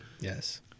Yes